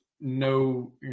no